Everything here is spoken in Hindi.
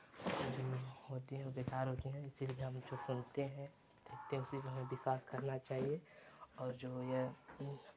जो होती हैं बेकार होती हैं इसीलिए हम जो सुनते हैं देखते हैं उसी पे हमें विश्वास करना चाहिए और जो यह